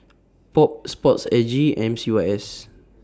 POP Sport S G and M C Y S